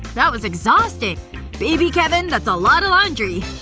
that was exhausting baby kevin, that's a lot of laundry